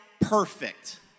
perfect